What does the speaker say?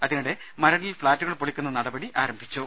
അതിനിടെ മരടിൽ ഫ്ളാറ്റുകൾ പൊളി ക്കുന്ന നടപടി ആരംഭിച്ചു